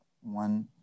One